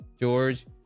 George